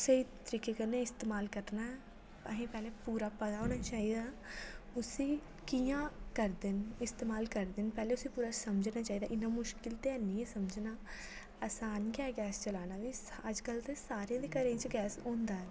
स्हेई तरीके कन्नै इस्तमाल करना अहें पैह्ले पूरा पता होना चाहिदा उसी कि'यां करदे न इस्तमाल करदे न पैह्ले उसी पूरा समझना चाहिदा इन्ना मुश्किल ते ऐ नी ऐ समझना असान गै ऐ गैस चलाना बी अज्ज्कल ते सारे दे घरें च गैस होन्दा ऐ